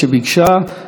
נחמן שי,